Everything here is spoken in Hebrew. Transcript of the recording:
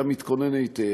היה מתכונן היטב,